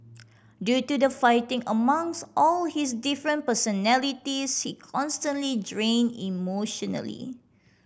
due to the fighting among all his different personalities he constantly drained emotionally